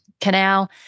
canal